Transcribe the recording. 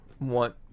want